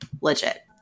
Legit